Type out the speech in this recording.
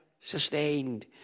sustained